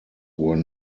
were